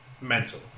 mental